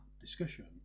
discussion